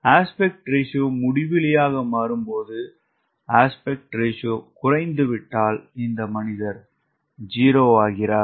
விகித விகிதம் முடிவிலியாக மாறும்போது விகித விகிதம் குறைந்துவிட்டால் இந்த மனிதர் 0 ஆகிறார்